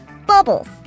Bubbles